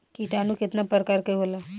किटानु केतना प्रकार के होला?